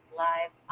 live